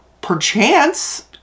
perchance